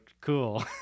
cool